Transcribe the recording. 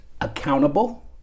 accountable